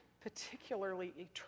particularly